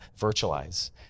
virtualize